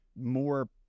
more